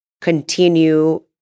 continue